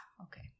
Okay